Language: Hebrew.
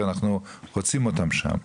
ואנחנו רוצים אותם שם.